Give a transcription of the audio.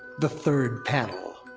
the third panel.